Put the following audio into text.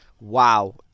wow